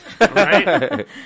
Right